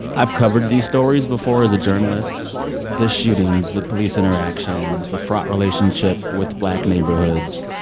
i've covered these stories before as a journalist the shootings, the police interactions, the fraught relationship with black neighborhoods.